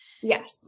Yes